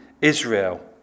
Israel